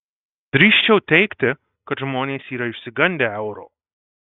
drįsčiau teigti kad žmonės yra išsigandę euro